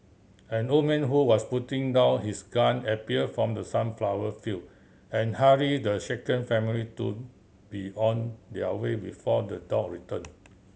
an old man who was putting down his gun appear from the sunflower field and hurry the shaken family to be on their way before the dog return